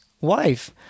wife